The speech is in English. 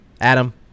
adam